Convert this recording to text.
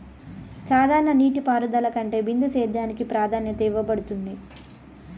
సాధారణ నీటిపారుదల కంటే బిందు సేద్యానికి ప్రాధాన్యత ఇవ్వబడుతుంది